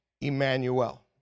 Emmanuel